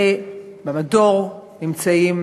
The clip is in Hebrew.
ובמדור נמצאים